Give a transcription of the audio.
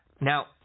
Now